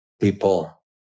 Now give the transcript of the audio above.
people